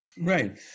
Right